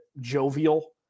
jovial